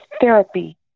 therapy